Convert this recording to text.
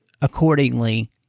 accordingly